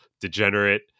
degenerate